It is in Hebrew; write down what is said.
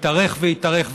יתארך ויתארך,